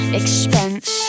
expense